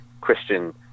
Christian